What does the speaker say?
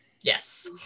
Yes